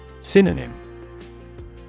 Synonym